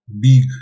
big